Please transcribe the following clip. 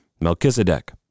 Melchizedek